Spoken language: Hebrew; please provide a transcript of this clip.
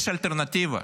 יש אלטרנטיבה.